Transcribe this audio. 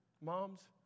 moms